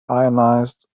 ionized